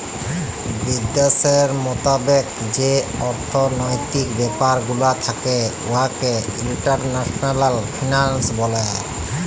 বিদ্যাশের মতাবেক যে অথ্থলৈতিক ব্যাপার গুলা থ্যাকে উয়াকে ইল্টারল্যাশলাল ফিল্যাল্স ব্যলে